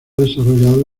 desarrollado